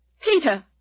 Peter